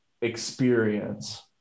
experience